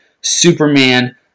Superman